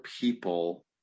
people